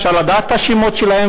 אפשר לדעת את השמות שלהם,